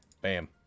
bam